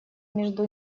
между